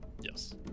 Yes